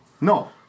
No